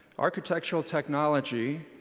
architectural technology,